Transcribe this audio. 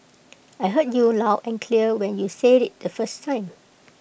I heard you loud and clear when you said IT the first time